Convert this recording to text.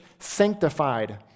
sanctified